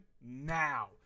now